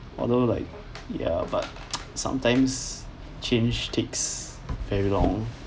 although like ya but sometimes change takes very long